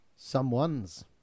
someones